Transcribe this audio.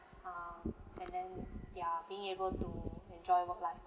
uh and then ya being able to enjoy work life